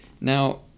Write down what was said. Now